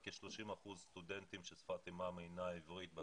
כ-30% סטודנטים ששפת אימם אינה עברית?